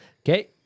Okay